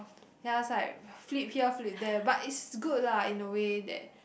you must like flip here flip there but is good lah in a way that